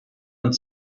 und